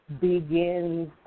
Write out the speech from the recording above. begins